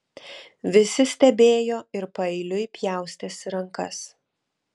visi stebėjo ir paeiliui pjaustėsi rankas